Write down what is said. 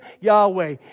Yahweh